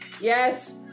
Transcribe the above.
yes